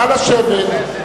נא לשבת.